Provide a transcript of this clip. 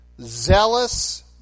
zealous